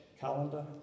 calendar